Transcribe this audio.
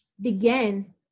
begin